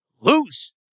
lose